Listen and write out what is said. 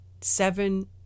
seven